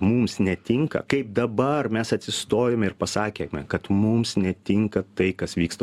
mums netinka kaip dabar mes atsistojome ir pasakėme kad mums netinka tai kas vyksta